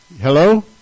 Hello